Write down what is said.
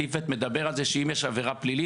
סעיף (ב) מדבר על זה שאם יש עבירה פלילית,